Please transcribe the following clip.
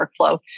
workflow